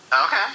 Okay